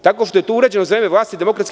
Tako što je to urađeno za vreme vlasti DS?